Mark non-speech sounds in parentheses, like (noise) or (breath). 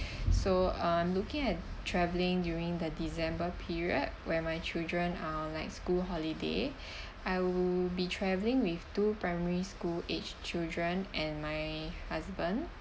(breath) so I'm looking at travelling during the december period where my children are like school holiday (breath) I will be travelling with two primary school age children and my husband